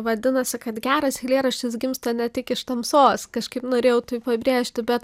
vadinasi kad geras eilėraštis gimsta ne tik iš tamsos kažkaip norėjau tai pabrėžti bet